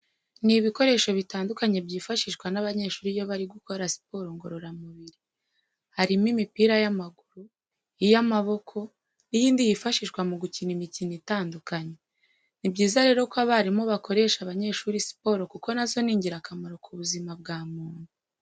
Ni ibikoreho bitandukanye byifashishwa n'abanyeshuri iyo bari gukora siporo ngororamubiri. Harimo imipira y'amaguru, iy'amaboko n'iyndi yifashishwa mu gukina imikino itandukanye. Ni byiza rero ko abarimu bakoresha abanyeshuri siporo kuko na zo ni ingirakamaro ku buzima bwa muntu.